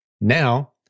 Now